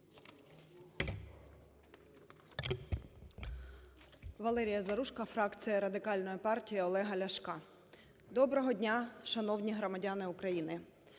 Валерія Заружко, фракція Радикальної партії Олега Ляшка. Доброго дня, шановні громадяни України!